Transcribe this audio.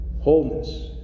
wholeness